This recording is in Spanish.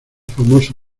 famoso